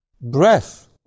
breath